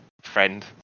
friend